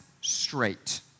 straight